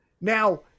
now